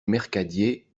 mercadier